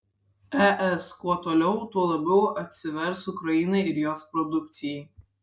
es kuo toliau tuo labiau atsivers ukrainai ir jos produkcijai